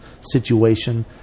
situation